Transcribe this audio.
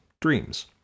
dreams